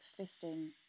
fisting